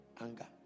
Anger